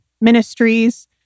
ministries